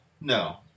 No